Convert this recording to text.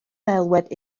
ddelwedd